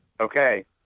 Okay